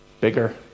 bigger